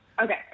Okay